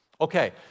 Okay